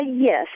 Yes